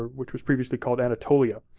ah which was previously called anatolia.